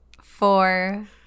four